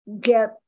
get